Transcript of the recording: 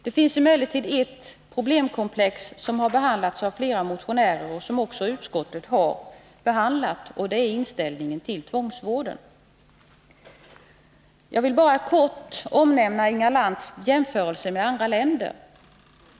Det finns emellertid ett problemkomplex som behandlats av flera motionärer och som utskottet tagit upp. Det gäller inställningen till tvångsvården. Jag villi korthet ta upp Inga Lantz jämförelser med andra länder.